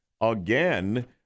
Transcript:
Again